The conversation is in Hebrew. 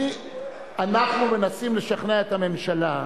אנחנו מנסים לשכנע את הממשלה,